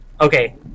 Okay